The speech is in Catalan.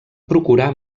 procurar